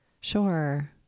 Sure